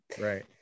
right